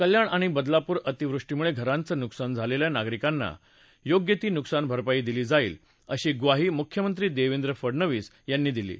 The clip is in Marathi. कल्याण आणि बदलापूरमधे अतिवृष्टीमुळे घरांचं नुकसान झालेल्या नागरिकांना योग्य ती नुकसान भरपाई दिली जाईल अशी ग्वाही मुख्यमंत्री देवेंद्र फडनवीस यांनी दिली आहे